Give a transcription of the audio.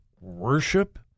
worship